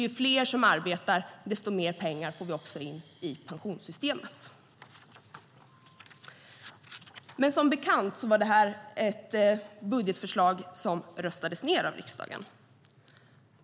Ju fler som arbetar, desto mer pengar får vi in i pensionssystemet. Men som bekant var det ett budgetförslag som röstades ned av riksdagen.